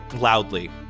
loudly